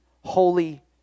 holy